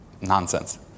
nonsense